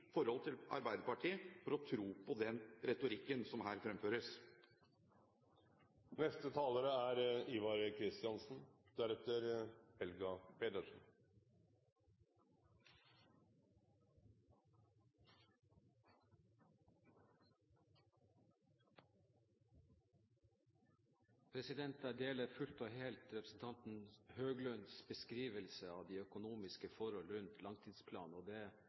forhold til Arbeiderpartiet for å tro på den retorikken som her fremføres. Jeg deler fullt og helt representanten Høglunds beskrivelse av de økonomiske forhold når det gjelder langtidsplanen.